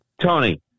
Tony